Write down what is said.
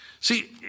See